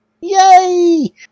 yay